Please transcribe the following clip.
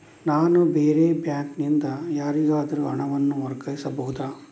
ನಾನು ಬೇರೆ ಬ್ಯಾಂಕ್ ನಿಂದ ಯಾರಿಗಾದರೂ ಹಣವನ್ನು ವರ್ಗಾಯಿಸಬಹುದ?